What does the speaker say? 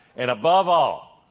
and above all,